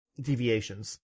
deviations